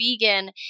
vegan